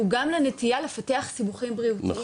אלא גם לנטייה לפתח סיבוכים בריאותיים.